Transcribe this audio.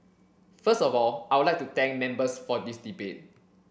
first of all I would like to thank members for this debate